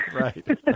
right